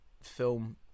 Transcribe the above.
film